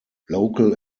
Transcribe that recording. local